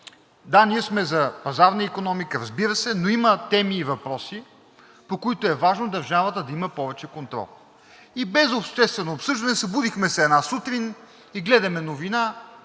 Да, ние сме за пазарна икономиката, разбира се, но има теми и въпроси, по които е важно да има повече контрол. Без обществено обсъждаме събудихме се една сутрин и гледаме новина